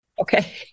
Okay